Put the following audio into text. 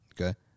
Okay